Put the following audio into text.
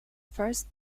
first